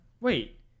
wait